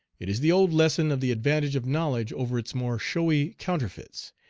it is the old lesson of the advantage of knowledge over its more showy counterfeits,